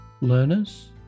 learners